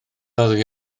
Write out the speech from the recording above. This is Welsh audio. oddi